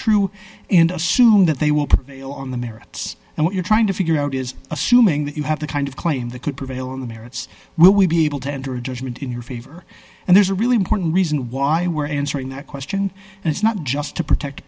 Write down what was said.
true and assume that they will prevail on the merits and what you're trying to figure out is assuming that you have the kind of claim that could prevail on the merits will we be able to render a judgment in your favor and there's a really important reason why we're answering that question and it's not just to protect